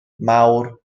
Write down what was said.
mawr